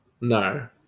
No